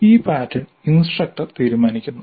ഈ pattern instructor തീരുമാനിക്കുന്നു